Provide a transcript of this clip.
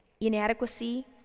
inadequacy